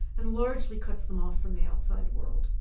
and largely cuts them off from the outside world.